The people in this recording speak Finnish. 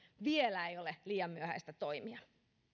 vielä ei ole liian myöhäistä toimia